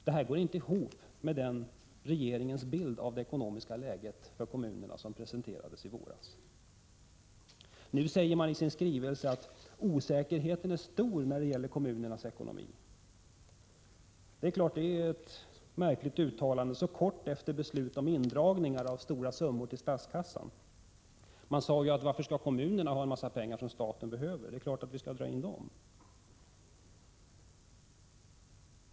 Det här går inte ihop med regeringens bild av det ekonomiska läget för kommunerna som presenterades i våras. Nu säger regeringen i sin skrivelse att osäkerheten är stor när det gäller kommunernas ekonomi. Det är ett märkligt uttalande så kort tid efter beslutet om indragning av stora summor till statskassan. Man sade: Varför skall kommunerna ha en massa pengar som staten behöver? Det är klart att vi skall dra in dem.